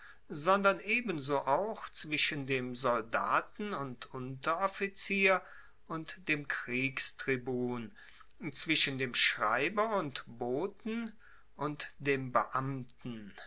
sondern ebenso auch zwischen dem soldaten und unteroffizier und dem kriegstribun zwischen dem schreiber und boten und dem beamten